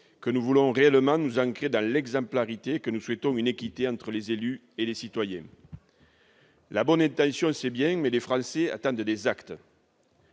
que nous voulons réellement nous ancrer dans l'exemplarité et que nous souhaitons une équité entre les élus et eux-mêmes. La bonne intention, c'est bien, mais les Français attendent des actes